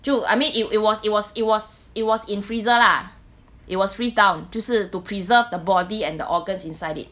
就 I mean it it was it was it was it was in freezer lah it was freeze down 就是 to preserve the body and the organs inside it